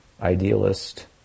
idealist